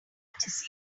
fantasy